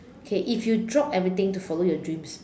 okay if you drop everything to follow your dreams